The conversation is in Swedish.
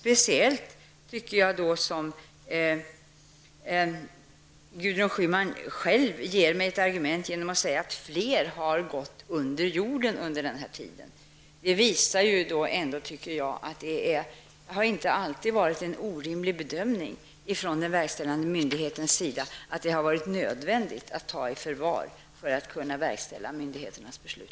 Gudrun Schyman ger mig också själv ett argument genom att säga att fler har gått under jorden under denna tid. Det visar att det inte alltid har varit en orimlig bedömning från den verkställande myndighetens sida att det har varit nödvändigt att ta i förvar för att man skall kunna verkställa myndigheternas beslut.